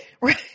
Right